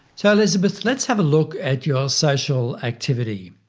so elizabeth, lets have a look at your social activity.